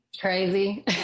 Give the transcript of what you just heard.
crazy